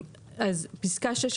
פסקה (16)